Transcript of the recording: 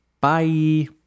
Bye